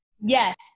Yes